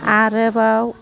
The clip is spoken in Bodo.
आरोबाव